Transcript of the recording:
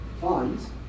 funds